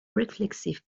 reflexive